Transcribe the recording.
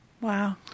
Wow